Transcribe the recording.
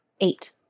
Eight